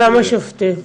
גם השופטים.